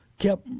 Kept